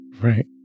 Right